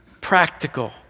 practical